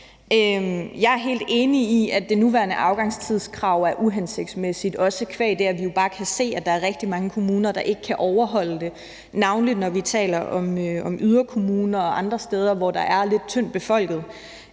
Jeg er helt enig i, at det nuværende afgangstidskrav er uhensigtsmæssigt, også qua det, at vi jo kan se, at der er rigtig mange kommuner, der ikke kan overholde det, navnlig når vi taler om yderkommuner og andre steder, hvor der er lidt tyndt befolket,